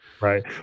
Right